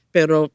Pero